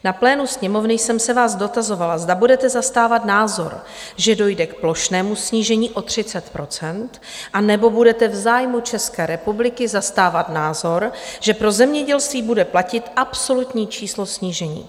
Na plénu Sněmovny jsem se vás dotazovala, zda budete zastávat názor, že dojde k plošnému snížení o 30 %, anebo budete v zájmu České republiky zastávat názor, že pro zemědělství bude platit absolutní číslo snížení?